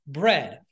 bread